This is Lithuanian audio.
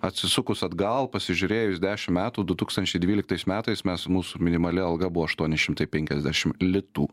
atsisukus atgal pasižiūrėjus dešim metų du tūkstančiai dvyliktais metais mes mūsų minimali alga buvo aštuoni šimtai penkiasdešim litų